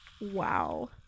Wow